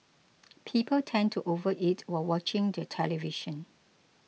people tend to overeat while watching the television